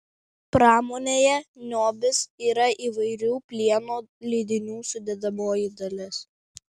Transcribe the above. pramonėje niobis yra įvairių plieno lydinių sudedamoji dalis